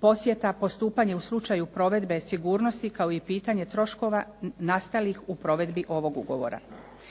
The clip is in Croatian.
posjeta, postupanje u slučaju provedbe sigurnosti kao i pitanje troškova nastalih u provedbi ovog ugovora.